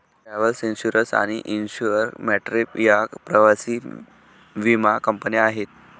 travel insurance आणि InsureMyTrip या प्रवासी विमा कंपन्या आहेत